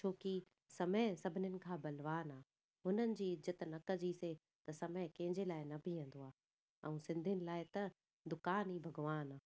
छोकी समय सभिनीनि खां बलवान आहे उन्हनि जी इज़त न कंदासीं त समय कंहिंजे लाइ न बीहंदो आहे ऐं सिंधियुनि लाइ त दुकान ई भॻवान आहे